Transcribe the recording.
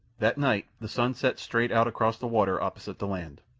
that night the sun set straight out across the water opposite the land,